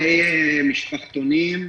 לגבי משפחתונים,